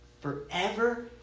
forever